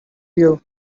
you